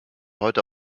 heute